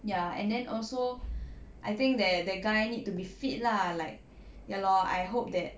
ya and then also I think that that guy need to be fit lah like ya lor I hope that